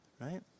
right